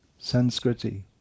sanskriti